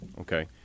Okay